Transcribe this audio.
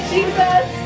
Jesus